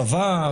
צבא,